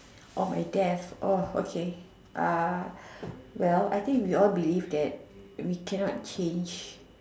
or my death oh okay uh well I think we all believe that we can not change